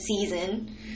season